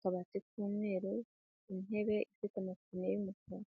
kabati k'umweru intebe ifite amapine y'umukara.